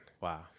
Wow